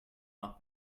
noch